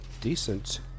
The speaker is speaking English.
decent